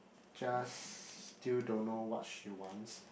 just still don't know what she wants